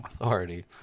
Authority